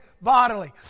bodily